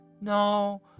No